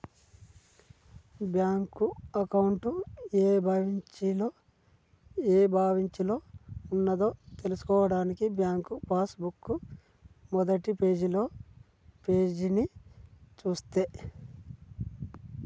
bank account ఏ బ్రాంచిలో ఉన్నదో తెల్సుకోవడానికి బ్యాంకు పాస్ బుక్ మొదటిపేజీని చూస్తే